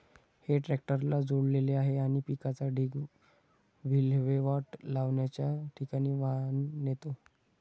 हे ट्रॅक्टरला जोडलेले आहे आणि पिकाचा ढीग विल्हेवाट लावण्याच्या ठिकाणी वाहून नेतो